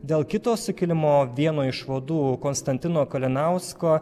dėl kito sukilimo vieno iš vadų konstantino kalinausko